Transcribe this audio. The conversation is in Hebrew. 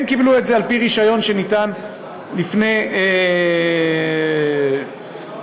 הם קיבלו את זה על פי רישיון שניתן לפני שנים